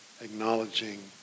Acknowledging